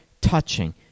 Touching